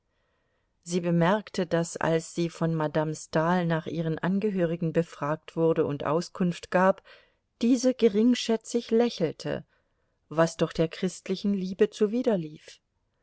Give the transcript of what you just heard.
sie bemerkte daß als sie von madame stahl nach ihren angehörigen befragt wurde und auskunft gab diese geringschätzig lächelte was doch der christlichen liebe